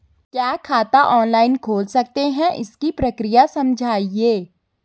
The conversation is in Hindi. क्या खाता ऑनलाइन खोल सकते हैं इसकी प्रक्रिया समझाइए?